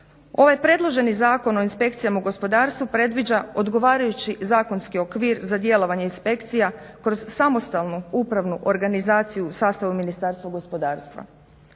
Ovaj predloženi Zakon o inspekcijama u gospodarstvu predviđa odgovarajući zakonski okvir za djelovanje inspekcija kroz samostalnu upravnu organizaciju u sastavu Ministarstva gospodarstva.